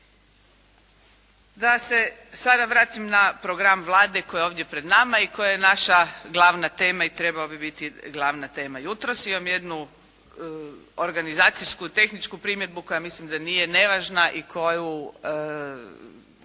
Da se sada vratim na program Vlade koji je ovdje pred nama i koji je naša glavna tema i trebao bi biti glavna tema jutros. Imam jednu organizacijsku, tehničku primjedbu koja mislim da nije nevažna i koju